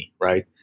right